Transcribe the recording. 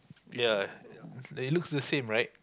ya they looks the same right